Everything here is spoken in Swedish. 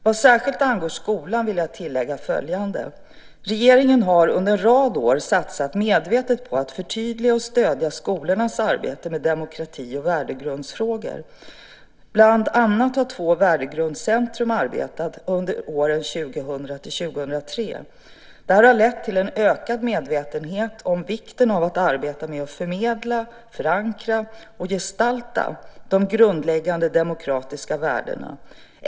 Vad särskilt angår skolan vill jag tillägga följande. Regeringen har under en rad år satsat medvetet på att förtydliga och stödja skolornas arbete med demokrati och värdegrundsfrågor. Bland annat har två värdegrundscentrum arbetat under åren 2000-2003. Detta har lett till en ökad medvetenhet om vikten av att arbeta med att förmedla, förankra och gestalta de grundläggande demokratiska värdena.